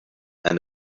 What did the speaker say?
and